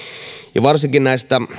varsinkin